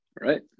Right